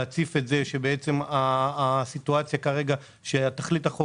להציף את זה שהסיטואציה כרגע היא שתכלית החוק